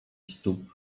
stóp